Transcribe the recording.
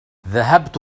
ذهبت